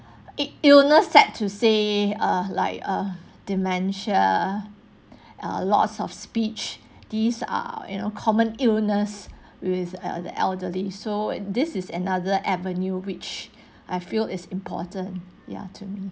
il~ illness sad to say uh like uh dementia uh loss of speech these are you know common illness with uh the elderly so this is another avenue which I feel is important ya to